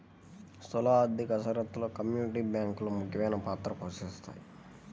స్థూల ఆర్థిక స్థిరత్వంలో కమ్యూనిటీ బ్యాంకులు ముఖ్యమైన పాత్ర పోషిస్తాయి